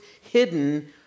hidden